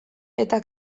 eta